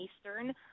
Eastern